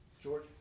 George